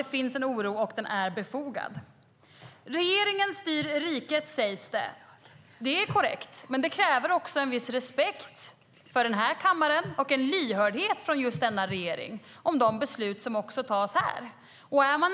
Det finns en oro, och den är befogad. Regeringen styr riket, sägs det. Det är korrekt, men det kräver också en viss respekt för den här kammaren och en lyhördhet från just denna regering om de beslut som tas här.